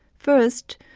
first,